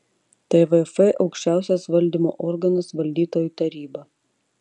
tvf aukščiausias valdymo organas valdytojų taryba